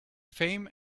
fame